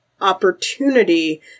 opportunity